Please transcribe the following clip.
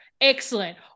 Excellent